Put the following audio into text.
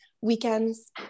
weekends